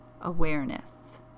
awareness